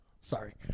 Sorry